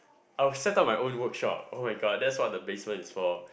I would set up my own workshop [oh]-my-god that's what the basement is for